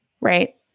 Right